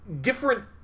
different